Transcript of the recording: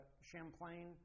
Champlain